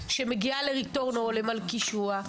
גם אישה שמגיעה ל"רטורנו" או ל"מלכישוע",